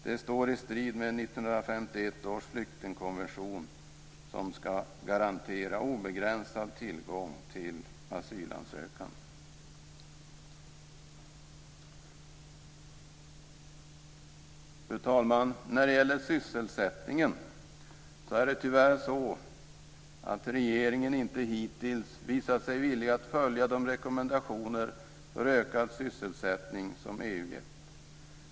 Det står i strid med 1951 års flyktingkonvention, som skall garantera obegränsad tillgång till asylansökan. Fru talman! När det gäller sysselsättningen är det tyvärr så att regeringen inte hittills visat sig villig att följa de rekommendationer för ökad sysselsättning som EU gett.